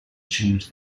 change